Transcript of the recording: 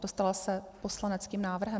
Dostala se poslaneckým návrhem.